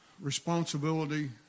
responsibility